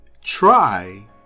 Try